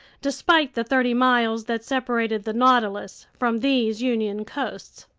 despite the thirty miles that separated the nautilus from these union coasts.